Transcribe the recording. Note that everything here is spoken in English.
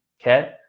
Okay